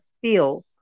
feel